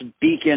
beacon